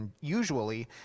usually